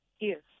Yes